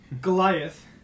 Goliath